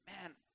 man